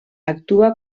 actua